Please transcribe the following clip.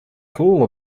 cool